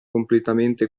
completamente